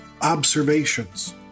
observations